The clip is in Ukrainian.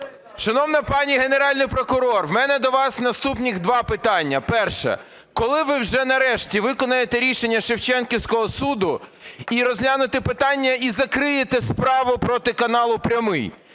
Шановна пані Генеральний прокурор, у мене до вас наступні два питання. Перше. Коли ви вже нарешті виконаєте рішення Шевченківського суду і розглянете питання, і закриєте справу проти каналу "Прямий"?